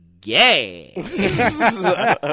gay